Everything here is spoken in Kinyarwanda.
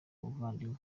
buvandimwe